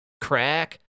crack